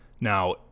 Now